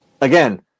again